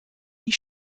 die